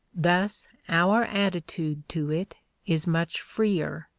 thus our attitude to it is much freer.